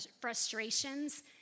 frustrations